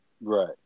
Right